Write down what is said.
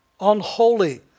unholy